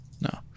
no